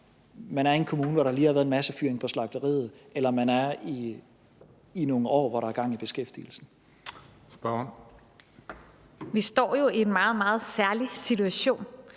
man er i en kommune, hvor der lige har været en massefyring på slagteriet, eller om man er i en tid, hvor der er gang i beskæftigelsen. Kl. 20:10 Den fg. formand (Christian